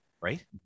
right